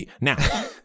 Now